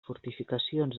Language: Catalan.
fortificacions